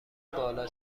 بالا